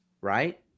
right